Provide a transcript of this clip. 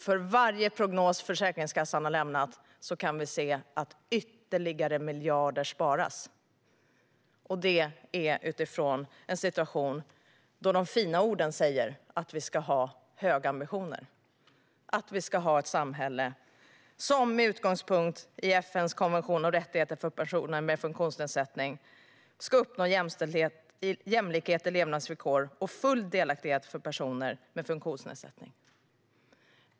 För varje prognos Försäkringskassan lämnar kan vi se att ytterligare miljarder sparas, och det i en situation då de fina orden säger att vi ska ha höga ambitioner och med utgångspunkt i FN:s konvention om rättigheter för personer med funktionsnedsättning ska ha ett samhälle med rättigheter att uppnå jämlika levnadsvillkor och full delaktighet för personer med funktionsnedsättning.